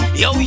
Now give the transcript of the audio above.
yo